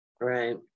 Right